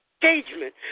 Engagement